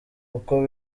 uko